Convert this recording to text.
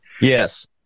yes